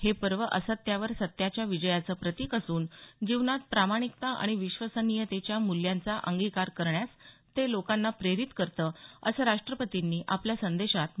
हे पर्व असत्यावर सत्याच्या विजयाचं प्रतिक असून जीवनात प्रामाणिकता आणि विश्वसनियतेच्या मूल्यांचा अंगिकार करण्यास ते लोकांना प्रेरित करतं असं राष्ट्रपतींनी आपल्या संदेशात म्हटलं आहे